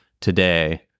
today